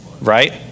Right